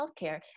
healthcare